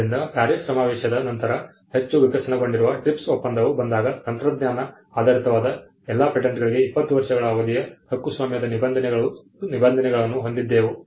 ಆದ್ದರಿಂದ ಪ್ಯಾರಿಸ್ ಸಮಾವೇಶದ ನಂತರ ಹೆಚ್ಚು ವಿಕಸನಗೊಂಡಿರುವ TRIPS ಒಪ್ಪಂದವು ಬಂದಾಗ ತಂತ್ರಜ್ಞಾನ ಆಧಾರಿತವಾದ ಎಲ್ಲಾ ಪೇಟೆಂಟ್ಗಳಿಗೆ 20 ವರ್ಷಗಳ ಅವಧಿಯ ಹಕ್ಕುಸ್ವಾಮ್ಯದ ನಿಬಂಧನೆಗಳನ್ನು ಹೊಂದಿದ್ದೆವು